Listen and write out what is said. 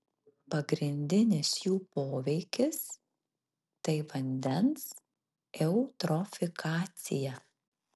pagrindinis jų poveikis tai vandens eutrofikacija